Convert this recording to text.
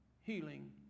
healing